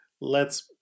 lets